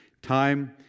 Time